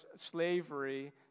slavery